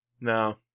No